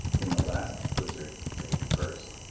in the last blizzard they burst.